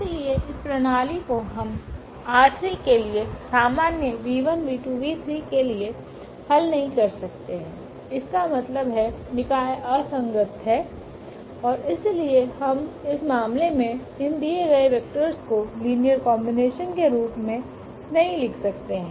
इसलिए इस प्रणाली को हम ℝ3 से लिए सामान्य के लिए हल नहीं कर सकते हैं इसका मतलब है निकाय असंगत है और इसलिए हम इस मामले में इन दिए गए वेक्टर्स को लीनियर कॉम्बिनेशन के रूप में नहीं लिख सकते हैं